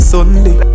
Sunday